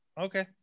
Okay